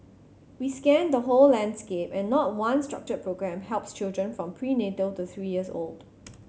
we scanned the whole landscape and not one structured programme helps children from prenatal to three years old